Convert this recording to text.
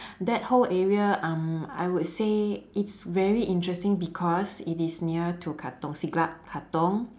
that whole area um I would say it's very interesting because it is near to katong siglap katong